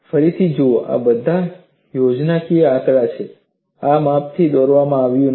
ફરી જુઓ આ બધા યોજનાકીય આંકડા છે આ માપથી દોરવામાં આવ્યા નથી